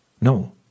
No